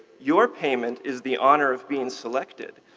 your payment is the honor of being selected.